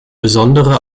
besondere